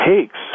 takes